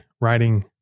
writing